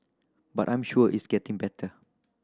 but I'm sure it's getting better